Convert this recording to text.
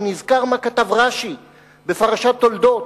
אני נזכר מה כתב רש"י בפרשת תולדות,